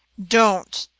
don't,